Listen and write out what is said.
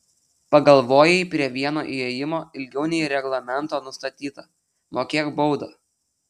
pagalvojai prie vieno ėjimo ilgiau nei reglamento nustatyta mokėk baudą